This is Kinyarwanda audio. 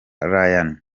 rayane